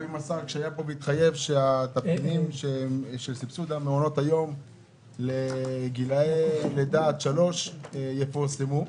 השר התחייב שהתבחינים של סבסוד מעונות היום לגילאי לידה שלוש יפורסמו.